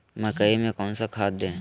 मकई में कौन सा खाद दे?